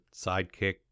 sidekick